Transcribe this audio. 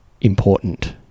important